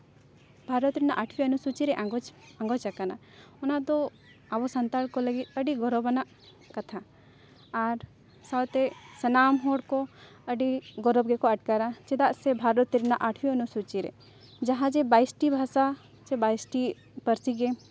ᱵᱷᱟᱨᱚᱛ ᱨᱮᱱᱟᱜ ᱟᱴᱷᱣᱟ ᱚᱱᱩᱥᱩᱪᱤ ᱨᱮ ᱟᱸᱜᱚᱪ ᱟᱸᱜᱚᱪ ᱟᱠᱟᱱᱟ ᱚᱱᱟ ᱫᱚ ᱟᱵᱚ ᱥᱟᱱᱛᱟᱲ ᱠᱚ ᱞᱟᱹᱜᱤᱫ ᱟᱹᱰᱤ ᱜᱚᱨᱚᱵᱽ ᱟᱱᱟᱜ ᱠᱟᱛᱷᱟ ᱟᱨ ᱥᱟᱶᱛᱮ ᱥᱟᱱᱟᱢ ᱦᱚᱲ ᱠᱚ ᱟᱹᱰᱤ ᱜᱚᱨᱚᱵᱽ ᱜᱮᱠᱚ ᱟᱴᱠᱟᱨᱟ ᱪᱮᱫᱟᱜ ᱥᱮ ᱵᱷᱟᱨᱚᱛ ᱨᱮᱱᱟᱜ ᱟᱴᱷᱣᱤ ᱚᱱᱩᱥᱩᱪᱤ ᱨᱮ ᱡᱟᱦᱟᱸ ᱡᱮ ᱵᱟᱭᱤᱥᱴᱤ ᱵᱷᱟᱥᱟ ᱪᱮ ᱵᱟᱭᱤᱥᱴᱤ ᱯᱟᱹᱨᱥᱤ ᱜᱮ